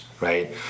right